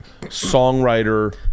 songwriter